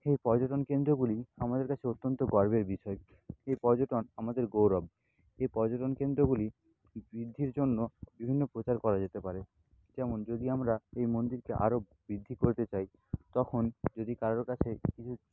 এই পর্যটন কেন্দ্রগুলি আমাদের কাছে অত্যন্ত গর্বের বিষয় এই পর্যটন আমাদের গৌরব এই পর্যটন কেন্দ্রগুলি বৃদ্ধির জন্য বিভিন্ন প্রচার করা যেতে পারে যেমন যদি আমরা এই মন্দিরকে আরও বৃদ্ধি করতে চাই তখন যদি কারোর কাছে কিছু